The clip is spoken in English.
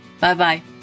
Bye-bye